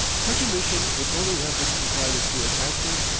such a mission would only have been confided to an active,